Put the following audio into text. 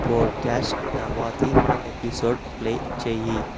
podcast తర్వాతి episode play చేయి